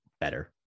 better